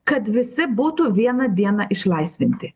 kad visi būtų vieną dieną išlaisvinti